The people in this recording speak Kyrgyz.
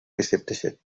эсептешет